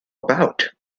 about